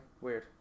Weird